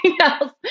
else